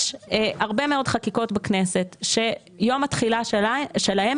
יש הרבה מאוד חקיקות בכנסת שיום התחילה שלהן